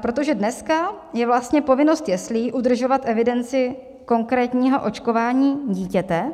Protože dneska je vlastně povinnost jeslí udržovat evidenci konkrétního očkování dítěte,